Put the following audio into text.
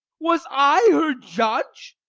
was i her judge?